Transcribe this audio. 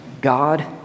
God